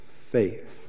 faith